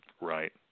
Right